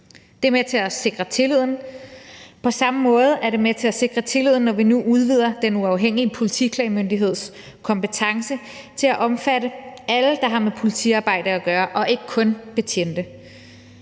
Det er med til at sikre tilliden. På samme måde er det med til at sikre tilliden, når vi nu udvider den uafhængige politiklagemyndigheds kompetence til at omfatte sager i forhold til alle, der har med politiarbejde at gøre, og ikke kun betjente.